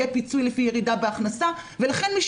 יהיה פיצוי לפי ירידה בהכנסה ולכן מי